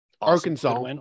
Arkansas